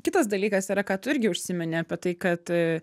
kitas dalykas yra ką tu irgi užsimeni apie tai kad